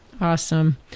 Awesome